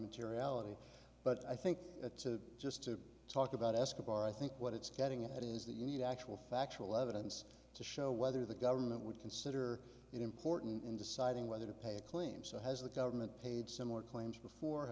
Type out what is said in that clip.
materiality but i think the just to talk about escobar i think what it's getting at is that you need actual factual evidence to show whether the government would consider it important in deciding whether to pay a claim so has the government paid similar claims before